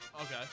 Okay